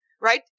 Right